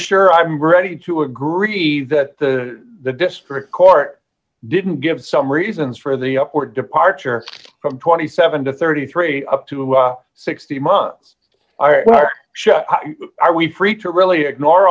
sure i'm ready to agree that the district court didn't give some reasons for the upward departure from twenty seven to thirty three up to sixty months are we free to really ignore